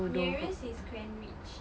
nearest is Kent Ridge